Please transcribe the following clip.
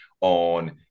on